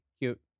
Cute